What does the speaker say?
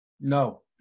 No